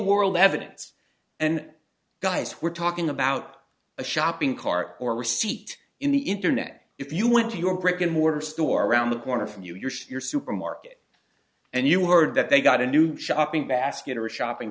world evidence and guys were talking about a shopping cart or receipt in the internet if you went to your brick and mortar store around the corner from you your supermarket and you heard that they got a new shopping basket or a shopping